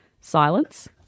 Silence